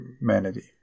humanity